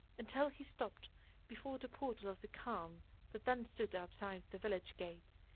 until he stopped before the portal of the khan that then stood outside the village gates,